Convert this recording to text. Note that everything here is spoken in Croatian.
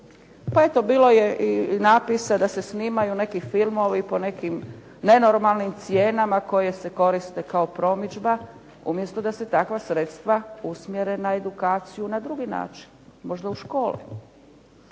Pa eto bilo je i napisa da se snimaju neki filmovi po nekim nenormalnim cijenama koje se koriste kao promidžba umjesto da se takva sredstva usmjere na edukaciju na drugi način, možda u škole.